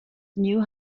knew